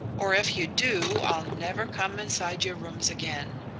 or if you do, i'll never come inside your rooms again.